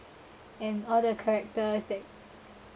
and all the characters that